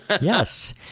Yes